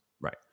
Right